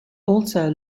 also